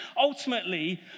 ultimately